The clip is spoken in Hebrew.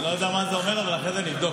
אני לא יודע מה זה אומר, אבל אחרי זה נבדוק.